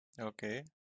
Okay